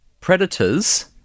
Predators